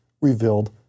revealed